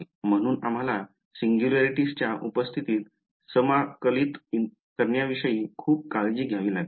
म्हणून आम्हाला singularities च्या उपस्थितीत समाकलित करण्याविषयी खूप काळजी घ्यावी लागेल